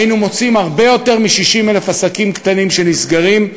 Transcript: היינו מוצאים הרבה יותר מ-60,000 עסקים קטנים שנסגרים,